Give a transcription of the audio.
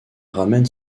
ramène